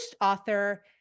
author